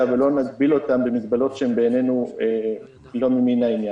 ולא נגביל אותם במגבלות שבעינינו אינן מן העניין.